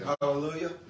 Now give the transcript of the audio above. Hallelujah